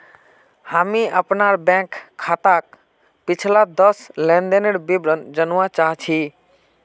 हामी अपनार बैंक खाताक पिछला दस लेनदनेर विवरण जनवा चाह छि